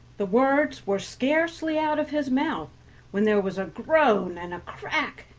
the words were scarcely out of his mouth when there was a groan, and a crack,